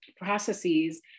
processes